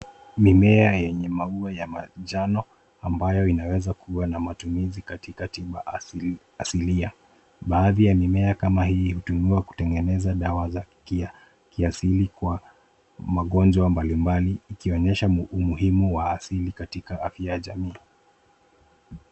Mimea yenye maua ya manjano ambayo inaweza kuwa na matumizi katikati mwa asilia baadhi ya mimea kama hii hutumiwa kutengeneza dawa za kiasili kwa magonjwa mbali mbali ikionyesha umuhimu wa asili katika afya ya jamii.